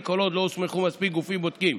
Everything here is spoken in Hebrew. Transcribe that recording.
כל עוד לא הוסמכו מספיק גופים בודקים.